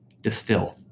distill